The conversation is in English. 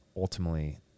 ultimately